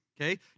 okay